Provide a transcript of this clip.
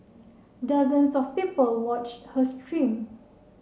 dozens of people watched her stream